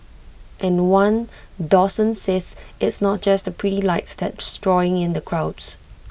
and one docent says it's not just the pretty lights that's drawing in the crowds